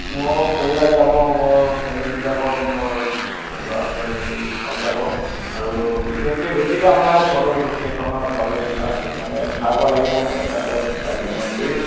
মোৰ পৰিয়াল যাব মোৰ ফেমিলি যাব মোৰ ল'ৰা ছোৱালী হাল যাব আৰু বিশেষকে বেছি কাম নাই ফটো কেইখনমান উঠাবলগীয়া আছে মানে উঠাব লাগিব মানে তাতে কাজিৰঙাত গৈ